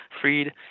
freed